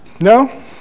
No